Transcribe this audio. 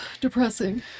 depressing